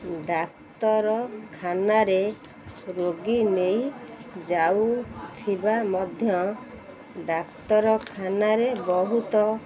ଡାକ୍ତରଖାନାରେ ରୋଗୀ ନେଇଯାଉଥିବା ମଧ୍ୟ ଡାକ୍ତରଖାନାରେ ବହୁତ